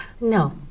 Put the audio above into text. No